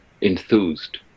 enthused